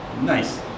Nice